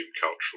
cultural